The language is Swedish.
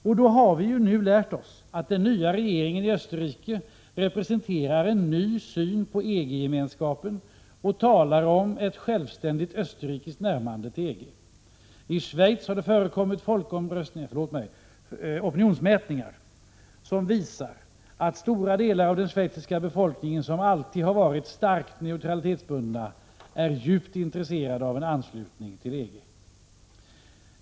Och vi har nu lärt oss att den nya regeringen i Österrike representerar en ny syn på EG-gemenskapen och talar om ett självständigt österrikiskt närmande till EG. I Schweiz har det förekommit opinionsmätningar, som visar att stora delar av den schweiziska befolkningen, som alltid har varit starkt neutralitetsbunden, är djupt intresserade av en anslutning till EG.